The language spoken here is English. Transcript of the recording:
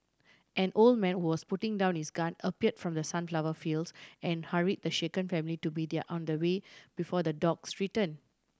an old man who was putting down his gun appeared from the sunflower fields and hurried the shaken family to be their on the way before the dogs return